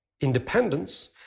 independence